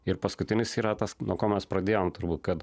ir paskutinis yra tas nuo ko mes pradėjom turbūt kad